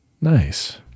Nice